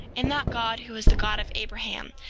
in that god who was the god of abraham,